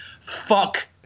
fuck